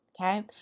Okay